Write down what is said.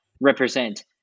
represent